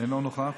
אינו נוכח,